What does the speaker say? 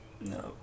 No